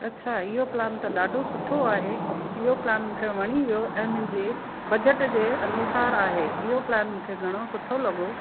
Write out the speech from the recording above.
अच्छा इहो प्लान त ॾाढो सुठो आहे इहो प्लान मूंखे वणी वियो ऐं मुंहिंजे बज़ट जे अनुसार आहे इहो प्लान मूंखे घणो सुठो लॻो